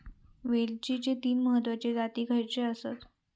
वेलचीचे तीन महत्वाचे जाती खयचे आसत?